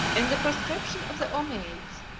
in the proscription of the ommiades,